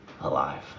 alive